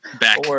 Back